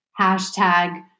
hashtag